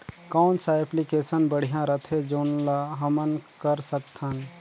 कौन सा एप्लिकेशन बढ़िया रथे जोन ल हमन कर सकथन?